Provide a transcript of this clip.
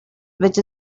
which